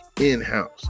in-house